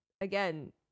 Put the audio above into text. again